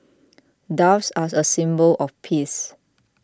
doves are a symbol of peace